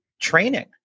training